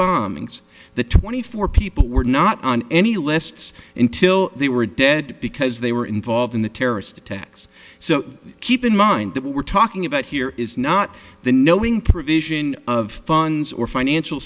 bombings the twenty four people were not on any lists until they were dead because they were involved in the terrorist attacks so keep in mind that what we're talking about here is not the knowing provision of funds or financial